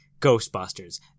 ghostbusters